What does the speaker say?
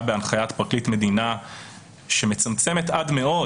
בהנחיית פרקליט מדינה שמצמצמת עד מאוד